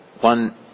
One